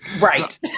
Right